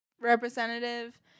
representative